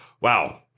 wow